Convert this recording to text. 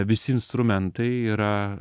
visi instrumentai yra